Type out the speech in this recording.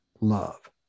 love